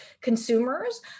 consumers